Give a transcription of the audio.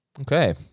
Okay